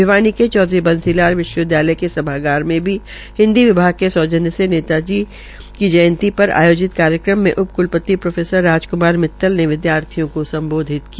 भिवानी के चौधरी बंसी लाल विश्वविद्यालय के सभागार में भी हिन्दी विभाग के सौजन्य से नेताजी स्भाष चन्द्र बोस की जयंती पर आयोजित कार्यक्रम में उप क्लपति प्रो राजक्मार मितल ने विद्यार्थियों को सम्बोधित किया